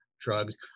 drugs